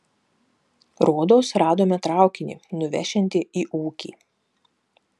rodos radome traukinį nuvešiantį į ūkį